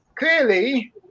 Clearly